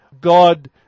God